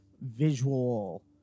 visual